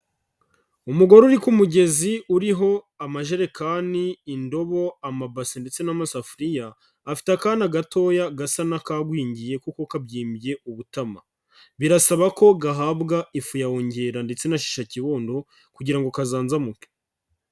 Umugore uri ku mugezi uriho amajerekani, indobo, amabasi, ndetse n'amasafuriya afite akana gatoya gasa n'akagwingiye kuko kabyimbye ubutama. Birasaba ko gahabwa ifu ya ongera ndetse na shisha kibondo kugira ngo kazanzamuke.